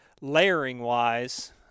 layering-wise